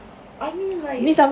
I mean like